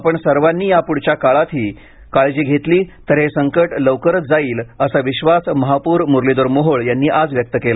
आपण सर्वांनी यापुढच्या काळातही काळात काळजी घेतली तर हे संकट लवकरच जाईल असा विश्वास महापौर मुरलीधर मोहोळ यांनी आज व्यक्त केला